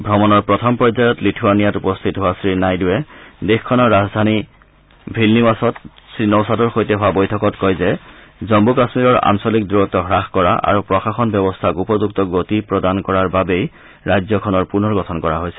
ভ্ৰমণৰ প্ৰথম পৰ্যায়ত লিথুৱানিয়াত উপস্থিত হোৱা শ্ৰীনাইডুৱে দেশখনৰ ৰাজধানী ভিলনিৱাছত শ্ৰীনৌছেদাৰ সৈতে হোৱা বৈঠকত কয় যে জম্মু কাশ্মীৰৰ আঞ্চলিক দূৰত্ হাস কৰা আৰু প্ৰশাসন ব্যৱস্থাক উপযুক্ত গতি প্ৰদান কৰাৰ বাবেই ৰাজ্যখনৰ পুনৰ গঠন কৰা হৈছে